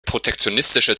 protektionistische